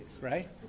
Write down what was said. right